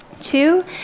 Two